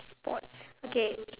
sports okay